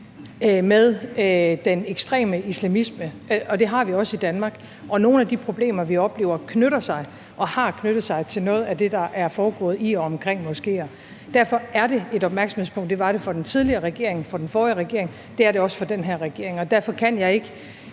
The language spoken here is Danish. med den ekstreme islamisme, og det har vi også i Danmark. Og nogle af de problemer, vi oplever, knytter sig og har knyttet sig til noget af det, der er foregået i og omkring moskéer. Derfor er det et opmærksomhedspunkt. Det var det for den tidligere regering, for den forrige regering, og det er det også for den her regering. Og derfor kan jeg ikke